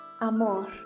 amor